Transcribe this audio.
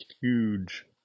huge